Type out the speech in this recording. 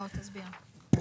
לא תסביר.